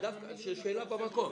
שאלה במקום.